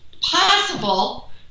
possible